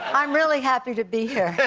i'm really happy to be here. yeah